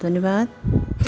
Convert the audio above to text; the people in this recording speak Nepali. धन्यवाद